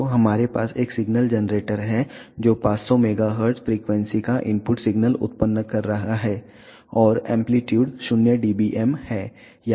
तो हमारे पास एक सिग्नल जनरेटर है जो 500 MHz फ्रीक्वेंसी का इनपुट सिग्नल उत्पन्न कर रहा है और एंप्लीट्यूड 0 dBm है